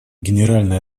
генеральная